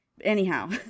Anyhow